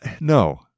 no